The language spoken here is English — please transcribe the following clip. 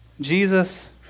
Jesus